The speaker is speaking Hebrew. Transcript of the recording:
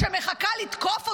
שמחכה לתקוף אותנו,